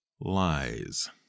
lies